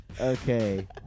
Okay